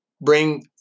bring